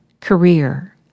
career